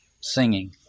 singing